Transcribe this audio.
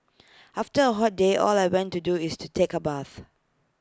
after A hot day all I want to do is to take A bath